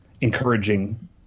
encouraging